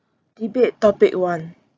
debate topic one